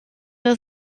der